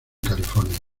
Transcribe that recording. california